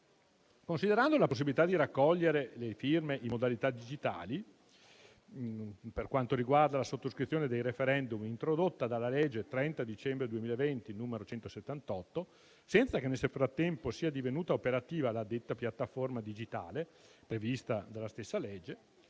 Considerando la possibilità di raccogliere le firme in modalità digitali, per quanto riguarda la sottoscrizione dei *referendum* introdotta dalla legge 30 dicembre 2020, n. 178, senza che nel frattempo sia divenuta operativa la detta piattaforma digitale prevista dalla stessa legge,